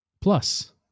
Plus